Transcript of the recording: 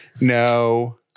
No